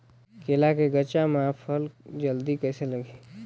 केला के गचा मां फल जल्दी कइसे लगही?